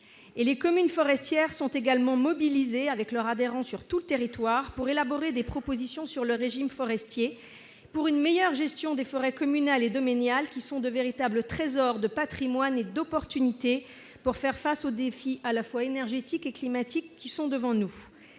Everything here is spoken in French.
Les communes forestières sont également mobilisées avec leurs adhérents sur tout le territoire pour élaborer des propositions sur le régime forestier, pour une meilleure gestion des forêts communales et domaniales, qui sont de véritables trésors du patrimoine et des opportunités pour faire face aux défis à la fois énergétiques et climatiques qui sont devant nous.